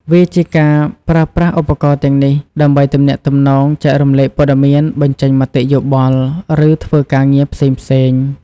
វាជាការប្រើប្រាស់ឧបករណ៍ទាំងនេះដើម្បីទំនាក់ទំនង ចែករំលែកព័ត៌មាន បញ្ចេញមតិយោបល់ ឬធ្វើការងារផ្សេងៗ។